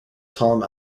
tom